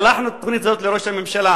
שלחנו את התוכנית הזאת לראש הממשלה,